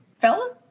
fella